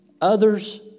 others